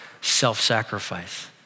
self-sacrifice